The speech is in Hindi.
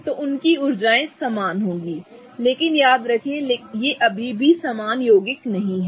तो उनकी ऊर्जाएं समान होंगी लेकिन याद रखें कि ये अभी भी समान यौगिक नहीं हैं